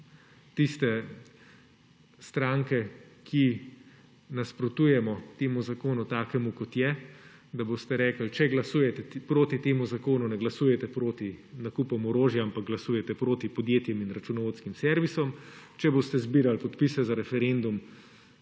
tiste stranke, ki nasprotujemo temu zakonu, takemu, kot je, da boste rekli, če glasujete proti temu zakonu, ne glasujete proti nakupom orožja, ampak glasujete proti podjetjem in računovodskim servisom, če boste zbirali podpise za referendum,